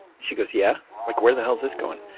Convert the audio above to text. she goes, yeah, like where the hell is this going?